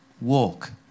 walk